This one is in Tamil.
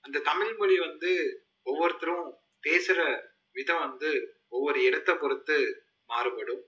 அந்த தமிழ் மொழி வந்து ஒவ்வொருத்தரும் பேசுகிற விதம் வந்து ஒவ்வொரு இடத்தை பொருத்து மாறுபடும்